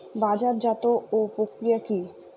বাজারজাতও প্রক্রিয়া কি?